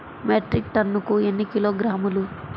Metric టన్నుకు ఎన్ని కిలోగ్రాములు?